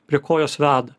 prie ko jos veda